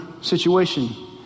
situation